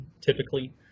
typically